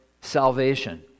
salvation